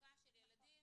במצוקה של ילדים